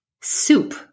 soup